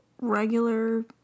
regular